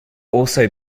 also